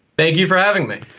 thank you for having me.